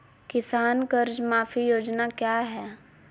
किसान कर्ज माफी योजना क्या है?